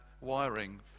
wiring